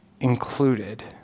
included